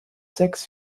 sechs